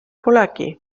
polegi